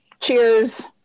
Cheers